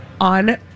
on